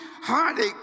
heartache